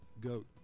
goat